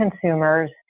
consumers